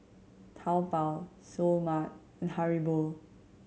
Taobao Seoul Mart and Haribo